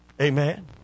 Amen